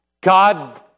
God